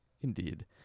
indeed